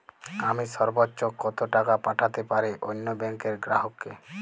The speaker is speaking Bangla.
আমি সর্বোচ্চ কতো টাকা পাঠাতে পারি অন্য ব্যাংক র গ্রাহক কে?